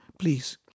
Please